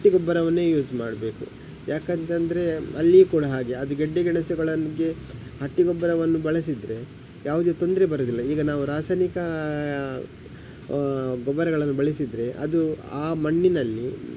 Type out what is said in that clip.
ಹಟ್ಟಿಗೊಬ್ಬರವನ್ನೇ use ಮಾಡಬೇಕು ಯಾಕಂತ ಅಂದರೆ ಅಲ್ಲಿ ಕೂಡ ಹಾಗೆ ಅದು ಗೆಡ್ಡೆ ಗೆಣಸುಗಳಂಗೆ ಹಟ್ಟಿಗೊಬ್ಬರವನ್ನು ಬಳಸಿದರೆ ಯಾವುದೇ ತೊಂದರೆ ಬರುವುದಿಲ್ಲ ಈಗ ನಾವು ರಾಸಾಯನಿಕ ಗೊಬ್ಬರಗಳನ್ನು ಬಳಸಿದರೆ ಅದು ಆ ಮಣ್ಣಿನಲ್ಲಿ